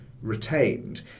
retained